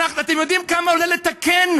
אתם יודעים כמה עולה לתקן,